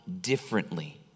differently